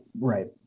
right